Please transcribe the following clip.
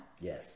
Yes